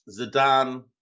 Zidane